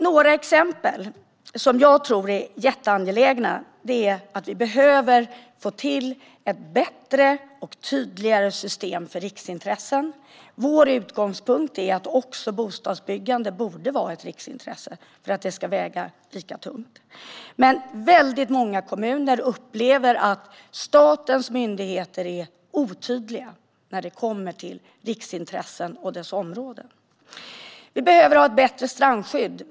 Några angelägna exempel på detta är att vi behöver få till ett bättre och tydligare system för riksintressen. Vår utgångspunkt är att också bostadsbyggande borde vara ett riksintresse för att detta ska väga lika tungt. Men många kommuner upplever att statens myndigheter är otydliga vad gäller riksintressen och dessa områden. Vi behöver ett bättre strandskydd.